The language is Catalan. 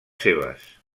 seves